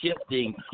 shifting